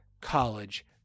college